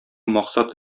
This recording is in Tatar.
максат